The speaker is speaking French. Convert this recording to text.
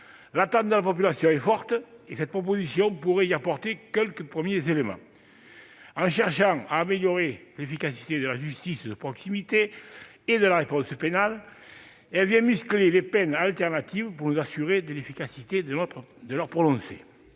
L'attente de la population est forte. Cette proposition de loi pourrait y apporter quelques premiers éléments de réponse. En cherchant à améliorer l'efficacité de la justice de proximité et de la réponse pénale, elle prévoit de « muscler » les peines alternatives pour nous assurer de l'efficacité de leur prononcé.